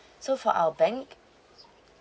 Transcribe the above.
so for our bank